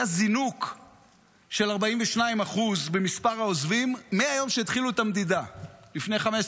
היה זינוק של 42% במספר העוזבים מהיום שהתחילו את המדינה לפני 15 שנה.